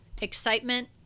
Excitement